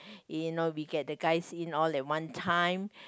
you know we get the guys in all at one time